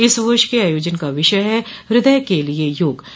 इस वर्ष के आयोजन का विषय है हृदय के लिये योग